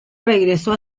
regresó